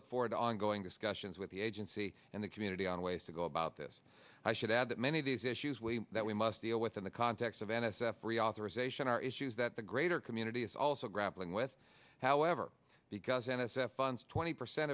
look forward to ongoing discussions with the agency and the community on ways to go about this i should add that many of these issues we that we must deal with in the context of n s f reauthorization are issues that the greater community is also grappling with however because n s f funds twenty percent